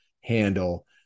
handle